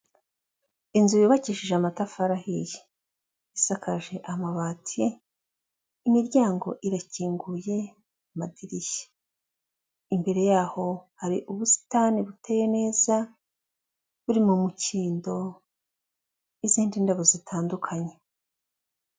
Inzu yubakishije amatafari ahiye, isakaje amabati, imiryango irakinguye, amadirishya, imbere yaho hari ubusitani buteye neza buri mu mukindo n'izindi ndabo zitandukanye.